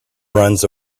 runs